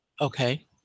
Okay